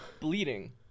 bleeding